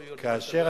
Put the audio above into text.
סיכונים.